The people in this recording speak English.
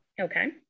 Okay